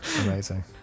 Amazing